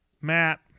Matt